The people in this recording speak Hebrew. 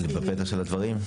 בפתח של הדברים?